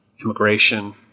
immigration